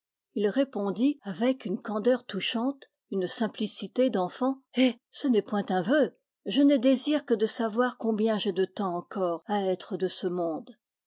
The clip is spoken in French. il répondit avec une candeur touchante une simplicité d'enfant eh ce n'est point un vœu je n'ai désir que de savoir combien j'ai de temps encore à être de ce monde